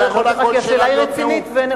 שאלת שאלה,